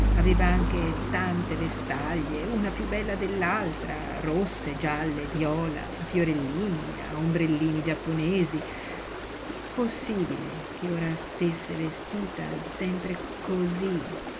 aveva anche tante vestaglie una piú bella dell'altra rosse gialle viola a fiorellini a ombrellini giapponesi possibile che ora stésse vestita sempre cosí